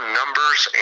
numbers